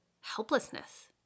helplessness